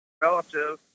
Relative